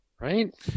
right